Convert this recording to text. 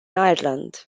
ireland